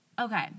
Okay